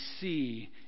see